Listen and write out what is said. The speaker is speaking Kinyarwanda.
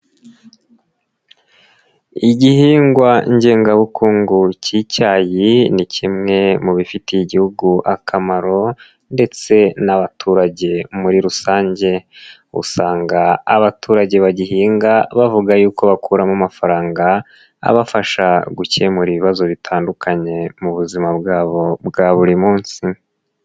Igihingwa ngengabukungu cy'icyayi, ni kimwe mu bifitiye igihugu akamaro ndetse n'abaturage muri rusange. Usanga abaturage bagihinga bavuga yuko bakuramo amafaranga, abafasha gukemura ibibazo bitandukanye mu buzima bwabo bwa buri munsi.